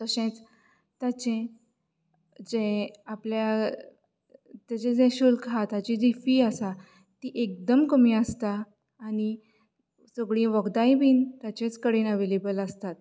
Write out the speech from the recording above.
तशेंच ताचे जे आपल्या ताजे जे शुल्क आहा ताची जी फी आसा ती एकदम कमी आसता आनी सगळीं वखदांय बीन ताजेच कडेन अवेलेबल आसतात